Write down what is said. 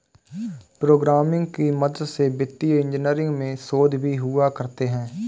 programming की मदद से वित्तीय इन्जीनियरिंग में शोध भी हुआ करते हैं